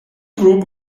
group